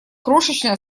крошечная